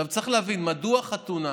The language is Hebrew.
עכשיו, צריך להבין מדוע חתונה